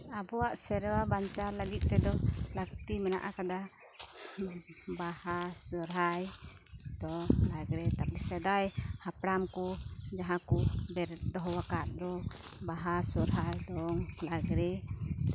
ᱟᱵᱚᱣᱟᱜ ᱥᱮᱨᱣᱟ ᱵᱟᱧᱪᱟᱣ ᱞᱟᱹᱜᱤᱫ ᱛᱮᱫᱚ ᱞᱟᱹᱠᱛᱤ ᱢᱮᱱᱟᱜ ᱠᱟᱫᱟ ᱵᱟᱦᱟ ᱥᱚᱦᱨᱟᱭ ᱫᱚᱝ ᱞᱟᱸᱜᱽᱲᱮ ᱛᱟᱨᱯᱚᱨᱮ ᱥᱮᱫᱟᱭ ᱦᱟᱯᱲᱟᱢ ᱠᱚ ᱡᱟᱦᱟᱸ ᱠᱚ ᱵᱮᱨᱮᱫ ᱫᱚᱦᱚ ᱟᱠᱟᱫ ᱫᱚ ᱵᱟᱦᱟ ᱥᱚᱦᱨᱟᱭ ᱫᱚᱝ ᱞᱟᱸᱜᱽᱲᱮ